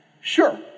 sure